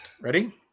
Ready